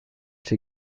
che